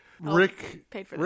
Rick